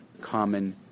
common